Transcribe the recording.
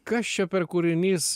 kas čia per kūrinys